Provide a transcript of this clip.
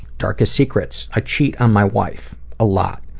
darkest secrets? i cheat on my wife, a lot.